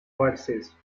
verses